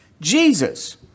Jesus